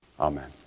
Amen